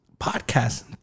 podcast